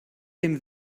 dem